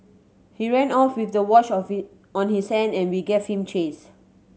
he ran off with the watch of it on his hand and we gave him chase